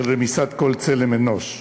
של רמיסת כל צלם אנוש.